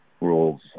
rules